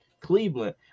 Cleveland